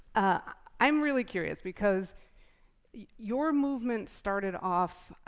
ah i'm really curious, because your movement started off